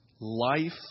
life